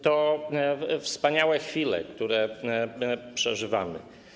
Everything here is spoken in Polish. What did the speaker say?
To są wspaniałe chwile, które przeżywamy.